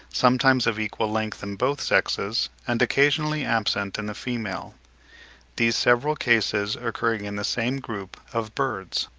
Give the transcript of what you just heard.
sometimes of equal length in both sexes, and occasionally absent in the female these several cases occurring in the same group of birds.